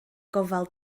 gofal